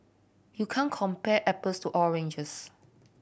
you can't compare apples to oranges